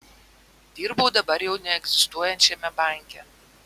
dirbau dabar jau neegzistuojančiame banke